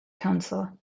council